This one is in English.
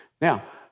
Now